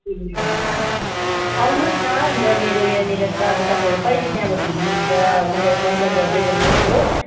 ए आउनुस् न अन्त मेरो यहाँनिर छ अब तपाईँहरू कहिले त्यहाँबाट हिँड्नुहुन्छ अन्त मलाई कन्ट्याक्ट गर्दै गर्नुहोस् हो